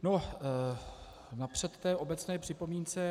No napřed k té obecné připomínce.